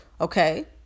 Okay